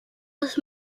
los